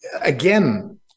Again